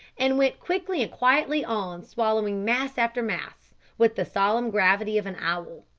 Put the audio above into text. and went quickly and quietly on swallowing mass after mass, with the solemn gravity of an owl.